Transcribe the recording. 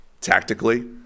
tactically